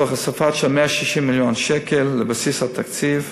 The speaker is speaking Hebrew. תוך הוספה של 160 מיליון שקלים לבסיס התקציב.